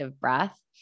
breath